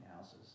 houses